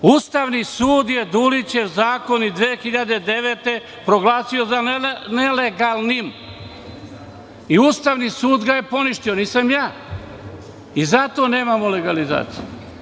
Ustavni sud je Dulićev zakon iz 2009. godine, proglasio nelegalnim i Ustavni sud ga je poništio, nisam ja i zato nemamo legalizaciju.